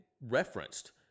referenced